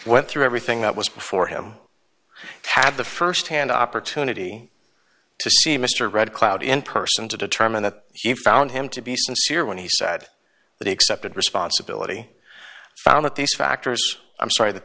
went through everything that was before him had the firsthand opportunity to see mr red cloud in person to determine that he found him to be sincere when he said that he accepted responsibility found that these factors i'm sorry that